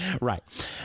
Right